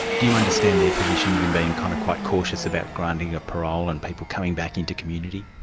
do you understand their positions in being kind of quite cautious about granting of parole and people coming back into community?